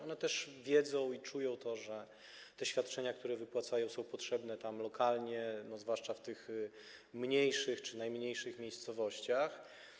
One też wiedzą i czują, że te świadczenia, które wypłacają, są potrzebne lokalnie, zwłaszcza w tych mniejszych czy najmniejszych miejscowościach.